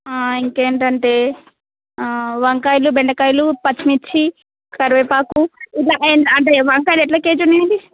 ఇంకేంటంటే వంకాయలు బెండకాయలు పచ్చిమిర్చి కరివేపాకు ఇలా ఎ అంటే వంకాయలు ఎలా కేజీ ఉన్నాయండి